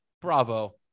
bravo